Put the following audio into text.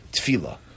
tefillah